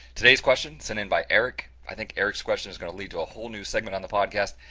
today's question's sent in by eric. i think eric's question is going to lead to a whole new segment on the podcast.